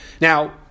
Now